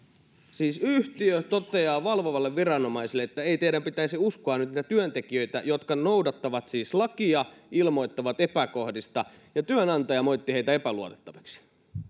siis yhtiö toteaa valvovalle viranomaiselle että ei teidän pitäisi uskoa nyt niitä työntekijöitä jotka siis noudattavat lakia ilmoittavat epäkohdista ja joita työnantaja moittii epäluotettaviksi